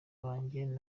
banjye